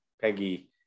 Peggy